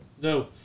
No